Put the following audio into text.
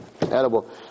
edible